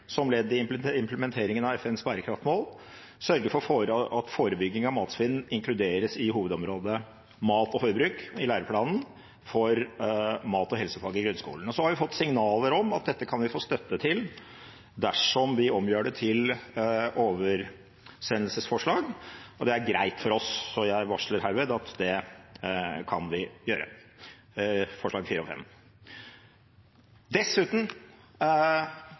som et ledd i implementeringen av FNs bærekraftsmål, sørger for at forebygging av matsvinn inkluderes i hovedområdet «mat og forbruk» i læreplanen for mat- og helsefaget i grunnskolen.» Vi har fått signaler om at vi kan få støtte til dette dersom vi omgjør forslagene til oversendelsesforslag, og det er greit for oss. Jeg varsler herved at det kan vi gjøre med forslagene nr. 4 og